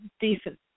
decent